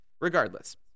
regardless